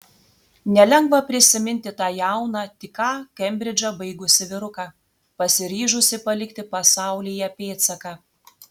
nelengva prisiminti tą jauną tik ką kembridžą baigusį vyruką pasiryžusį palikti pasaulyje pėdsaką